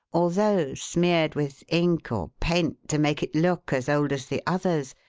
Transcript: although smeared with ink or paint to make it look as old as the others,